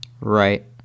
Right